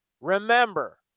Remember